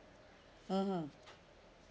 mmhmm